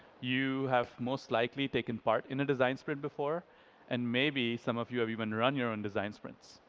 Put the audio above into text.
you have most likely taken part in a design sprint before and maybe some of you have even run your own design sprints.